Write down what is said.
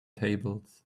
tables